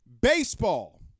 Baseball